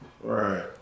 Right